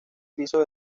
piso